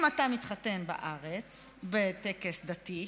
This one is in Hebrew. אם אתה לא מתחתן בארץ בטקס דתי,